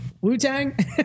Wu-Tang